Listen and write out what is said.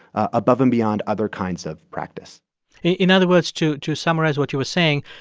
above and beyond other kinds of practice in other words, to to summarize what you were saying,